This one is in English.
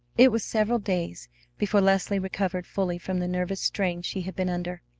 it was several days before leslie recovered fully from the nervous strain she had been under.